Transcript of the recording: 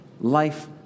life